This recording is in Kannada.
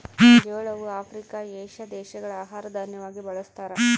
ಜೋಳವು ಆಫ್ರಿಕಾ, ಏಷ್ಯಾ ದೇಶಗಳ ಆಹಾರ ದಾನ್ಯವಾಗಿ ಬಳಸ್ತಾರ